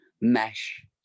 mesh